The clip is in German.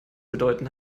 bedeuten